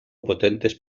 potentes